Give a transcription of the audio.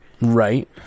Right